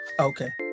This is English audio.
Okay